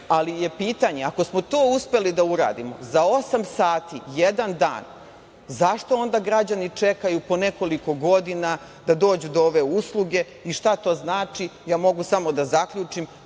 Pitanje je, ako smo to uspeli da uradimo za osam sati, jedan dan, zašto onda građani čekaju po nekoliko godina da dođu do ove usluge i šta to znači? Ja mogu samo da zaključim